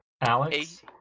Alex